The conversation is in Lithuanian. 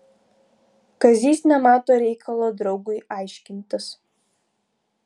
kazys nemato reikalo draugui aiškintis